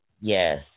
yes